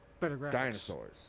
dinosaurs